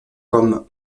comme